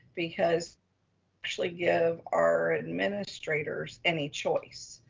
because actually give our administrators any choice.